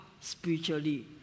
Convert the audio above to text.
spiritually